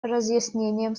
разъяснением